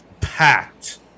packed